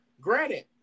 Granted